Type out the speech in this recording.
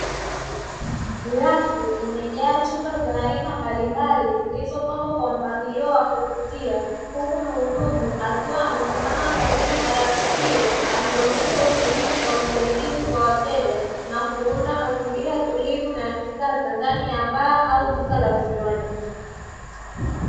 Rafu imejaa chupa za aina mbalimbali, zilizopangwa kwa mpangilio wa kuvutia, huku muhudumu akiwa amesimama karibu na rafu hiyo akionyesha utulivu na usaidizi kwa wateja na kuunda mazingira tulivu na ya kisasa, ndani ya baa au duka la vinywaji.